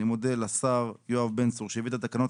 אני מודה לשר יואב בן צור שהביא את התקנות